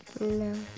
No